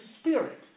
spirit